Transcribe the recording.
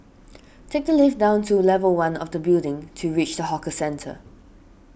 take the lift down to level one of the building to reach the hawker centre